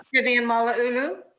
vivian malauulu.